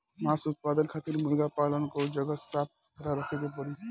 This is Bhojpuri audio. मांस उत्पादन खातिर मुर्गा पालन कअ जगह साफ सुथरा रखे के पड़ी